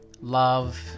love